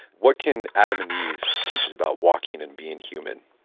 what can adam and eve teach us about walking and being human?